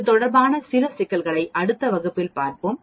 இது தொடர்பான சில சிக்கல்களை அடுத்த வகுப்பில் பார்ப்போம்